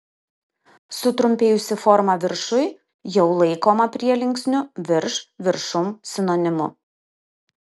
sutrumpėjusi forma viršuj jau laikoma prielinksnių virš viršum sinonimu